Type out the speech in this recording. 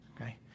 okay